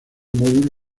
móvil